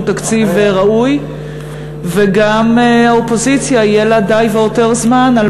תקציב ראוי וגם האופוזיציה יהיה לה די והותר זמן על